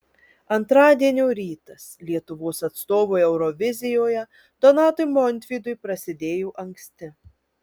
antradienio rytas lietuvos atstovui eurovizijoje donatui montvydui prasidėjo anksti